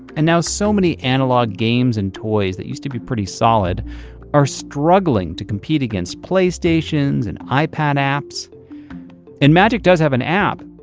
and now so many analog games and toys that used to be pretty solid are struggling to compete against playstation's and ipad apps and magic does have an app,